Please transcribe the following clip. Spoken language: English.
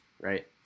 right